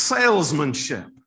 Salesmanship